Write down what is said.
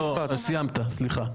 אתה סיימת, סליחה.